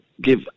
give